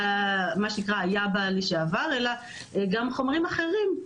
מה שנקרא יאבה לשעבר, אלא גם חומרים אחרים.